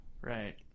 Right